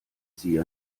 sie